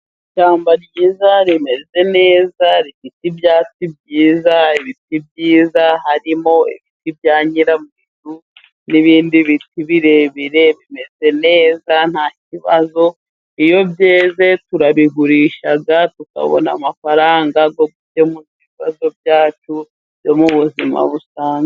Ishyamba ryiza rimeze neza rifite ibyatsi byiza ,ibiti byiza ,harimo ibiti bya nyiramweru n'ibindi biti birebire bimeze neza ntakibazo, iyo byeze turabigurisha tukabona amafaranga yo gukemura ibibazo byacu byo mu buzima busanzwe.